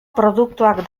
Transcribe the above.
produktuak